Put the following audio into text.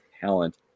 talent